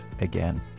again